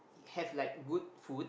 have like good food